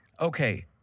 Okay